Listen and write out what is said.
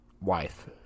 wife